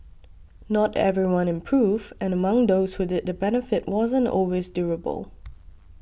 not everyone improved and among those who did the benefit wasn't always durable